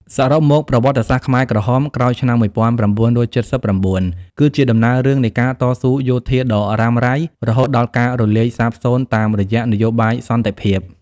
សរុបមក ប្រវត្តិសាស្ត្រខ្មែរក្រហមក្រោយឆ្នាំ១៩៧៩ គឺជាដំណើររឿងនៃការតស៊ូយោធាដ៏រ៉ាំរ៉ៃ រហូតដល់ការរលាយសាបសូន្យតាមរយៈនយោបាយសន្តិភាព។